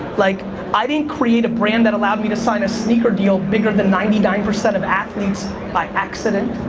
like i didn't create a brand that allowed me to sign a sneaker deal bigger than ninety nine percent of athletes by accident.